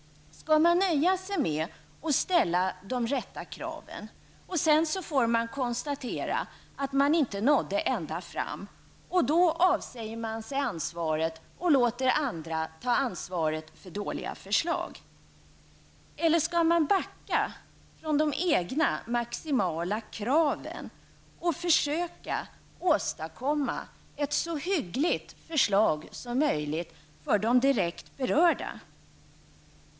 Skall man nöja sig med att ställa de rätta kraven, sedan konstatera att man inte nådde ända fram och då avsäga sig ansvaret och låta andra ta ansvar för dåliga förslag? Eller skall man föra fram de egna maximala kraven och försöka åstadkomma ett så hyggligt förslag som möjligt för de direkt berörda?